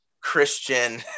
christian